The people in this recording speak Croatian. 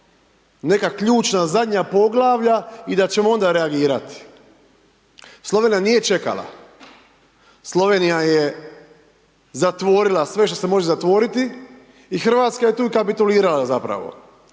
neka ključna zadnja poglavlja i da ćemo onda reagirati. Slovenija nije čekala, Slovenija je zatvorila sve što se može zatvoriti i Hrvatska je tu kapitulirala zapravo,